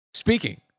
Speaking